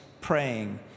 praying